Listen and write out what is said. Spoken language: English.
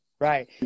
right